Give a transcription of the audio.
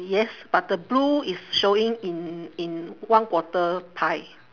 yes but the blue is showing in in one quarter pie